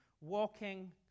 walking